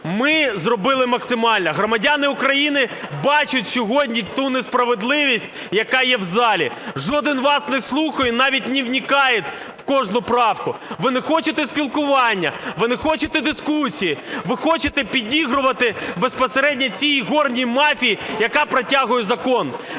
ми зробили максимально. Громадяни України бачать сьогодні ту несправедливість, яка є в залі. Жоден вас не слухає, навіть не вникає в кожну правку. Ви не хочете спілкування. Ви не хочете дискусій. Ви хочете підігрувати безпосередньо цій ігорній мафії, яка протягує закон.